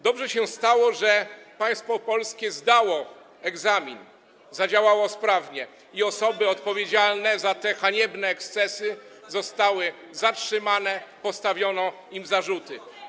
Dobrze się stało, że państwo polskie zdało egzamin, zadziałało sprawnie i osoby odpowiedzialne za te haniebne ekscesy zostały zatrzymane, postawiono im zarzuty.